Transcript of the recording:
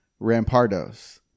Rampardos